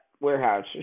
warehouse